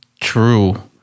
True